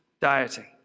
dieting